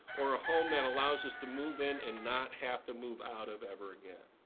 or a home that allows us to move in and not have to move out of ever again.